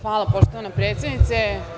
Hvala poštovana predsednice.